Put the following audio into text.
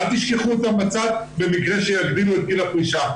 אל תשכחו אותן בצד במקרה שיגדילו את גיל הפרישה,